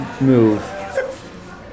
move